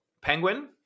penguin